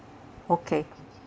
okay